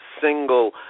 single